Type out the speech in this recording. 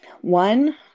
One